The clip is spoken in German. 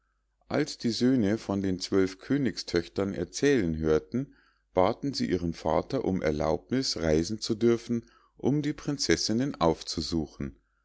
als die söhne von den zwölf königstöchtern erzählen hörten baten sie ihren vater um erlaubniß reisen zu dürfen um die prinzessinnen aufzusuchen